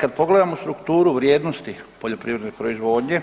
Kad pogledamo strukturu vrijednosti poljoprivredne proizvodnje